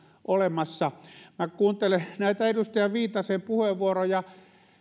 olemassa minä kuuntelen näitä edustaja viitasen puheenvuoroja